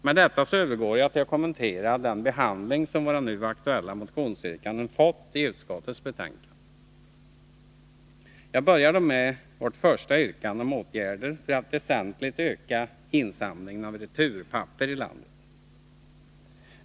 Med detta övergår jag till att kommentera den behandling som våra nu aktuella motionsyrkanden fått i utskottets betänkande. Jag börjar med vårt första yrkande om åtgärder för att väsentligt öka insamlingen av returpapper i landet.